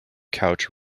couch